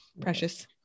Precious